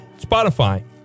Spotify